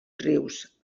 rius